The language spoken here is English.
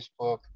facebook